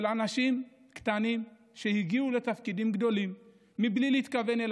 אנשים קטנים שהגיעו לתפקידים גדולים מבלי להתכוון.